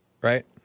right